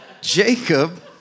Jacob